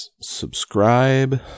subscribe